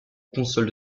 consoles